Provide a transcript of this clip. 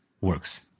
works